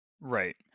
Right